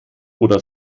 oder